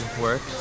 work